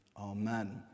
amen